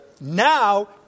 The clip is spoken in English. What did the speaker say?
now